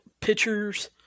pictures